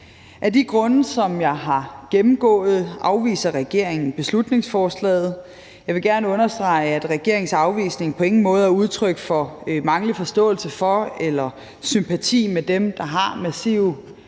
Af de grunde, som jeg har gennemgået, afviser regeringen beslutningsforslaget. Jeg vil gerne understrege, at regeringens afvisning på ingen måde er udtryk for manglende forståelse for eller sympati med dem, der har massive